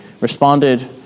responded